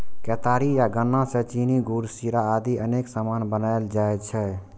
केतारी या गन्ना सं चीनी, गुड़, शीरा आदि अनेक सामान बनाएल जाइ छै